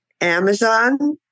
Amazon